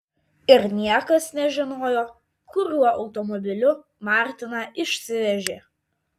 ir niekas nežinojo kuriuo automobiliu martiną išsivežė